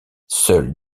seules